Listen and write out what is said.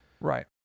Right